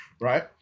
right